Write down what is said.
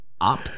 up